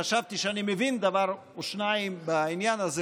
חשבתי שאני מבין דבר או שניים בעניין הזה,